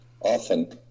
often